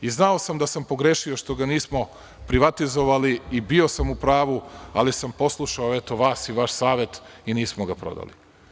I znao sam da sam pogrešio što ga nismo privatizovali, i bio sam u pravu, ali sam poslušao vas i vaš savet i nismo ga prodali.